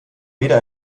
weder